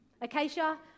Acacia